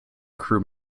crew